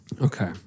Okay